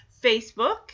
Facebook